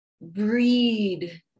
breed